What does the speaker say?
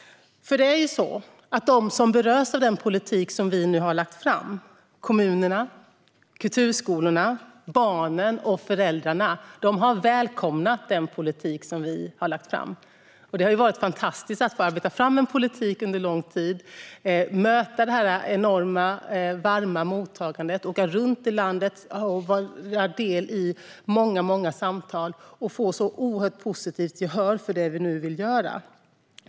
Det är nämligen så att de som berörs av den politik vi nu har lagt fram - kommunerna, kulturskolorna, barnen och föräldrarna - har välkomnat den politik vi har lagt fram. Det har varit fantastiskt att få arbeta fram en politik under lång tid och sedan möta det enorma och varma mottagandet - åka runt i landet och vara del av många samtal och få ett så oerhört positivt gensvar på det vi nu vill göra.